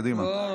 קדימה.